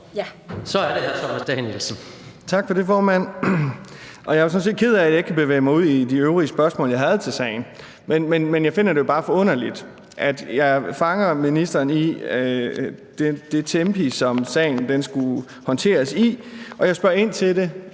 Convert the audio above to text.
Tak for det, formand. Jeg er sådan set ked af, at jeg ikke kan bevæge mig ud i de øvrige spørgsmål, jeg havde til sagen, men jeg finder det bare forunderligt, at jeg fanger ministeren i forhold til det tempo, som sagen skulle håndteres i, og jeg spørger ind til det